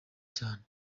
cyane